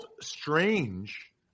strange